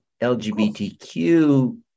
LGBTQ